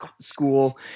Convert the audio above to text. school